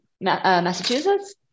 Massachusetts